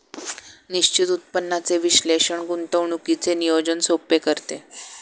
निश्चित उत्पन्नाचे विश्लेषण गुंतवणुकीचे नियोजन सोपे करते